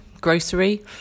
grocery